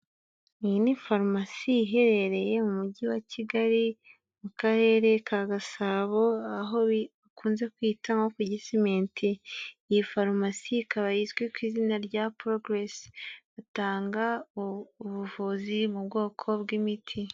Iyi ni farumasi iherereye mu Mujyi wa Kigali, mu Karere ka Gasabo, aho bakunze kwita nko ku Gisimenti, iyi farumasi ikaba izwi ku izina rya Porogeresi, batanga ubuvuzi mu bwoko bw'imiti.